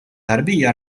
tarbija